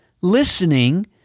listening